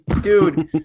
dude